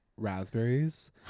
raspberries